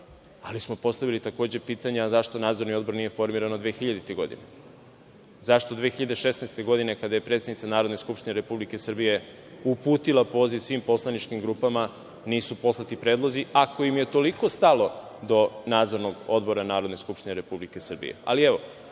ali smo postavili takođe pitanje – zašto Nadzorni odbor nije formiran od 2000. godine? Zašto 2016. godine, kada je predsednica Narodne skupštine Republike Srbije uputila poziv svim poslaničkim grupama, nisu poslati predlozi, ako im je toliko stalo do Nadzornog odbora Narodne skupštine Republike Srbije? Evo,